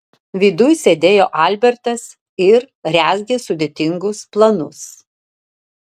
viduj sėdėjo albertas ir rezgė sudėtingus planus